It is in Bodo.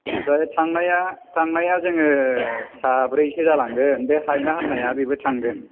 ओमफ्राय थांनाया थांनाया जोङो साब्रैसो जालांगोन बे हाइना होन्नाया बेबो थांगोन